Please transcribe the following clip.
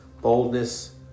boldness